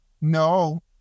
No